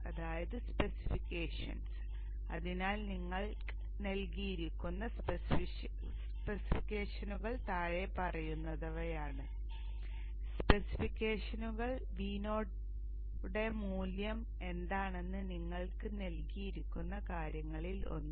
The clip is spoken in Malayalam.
അതിനാൽ നിങ്ങൾക്ക് നൽകിയിരിക്കുന്ന സ്പെസിഫിക്കേഷനുകൾ താഴെ പറയുന്നവയാണ് സ്പെസിഫിക്കേഷനുകൾ Vo യുടെ മൂല്യം എന്താണെന്നാണ് നിങ്ങൾക്ക് നൽകിയിരിക്കുന്ന കാര്യങ്ങളിൽ ഒന്ന്